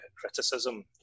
criticism